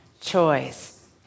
Choice